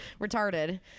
retarded